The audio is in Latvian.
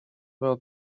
vēl